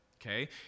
okay